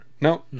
no